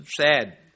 sad